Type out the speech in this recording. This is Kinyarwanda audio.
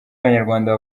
abanyarwanda